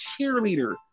cheerleader